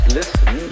listen